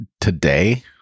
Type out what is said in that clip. Today